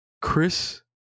Chris